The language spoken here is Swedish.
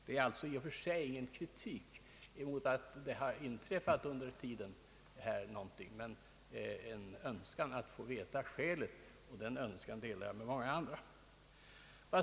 Det är alltså i och för sig inte fråga om någon kritik mot att något inträffat under tiden efter maj 1967 utan en önskan att få veta skälet, och den önskan delar jag med många andra.